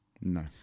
No